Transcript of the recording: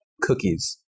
cookies